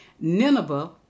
Nineveh